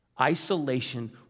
Isolation